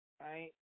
right